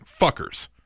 fuckers